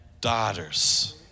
daughters